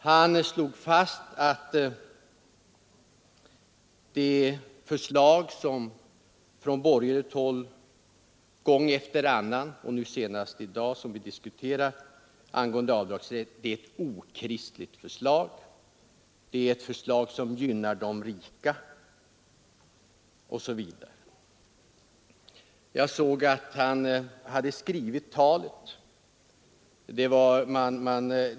Han slog fast att det förslag som gång efter annan lagts fram från borgerligt håll om avdragsrätt är ett okristligt förslag, ett förslag som gynnar de rika osv. Jag såg att han talade från manuskript.